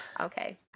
Okay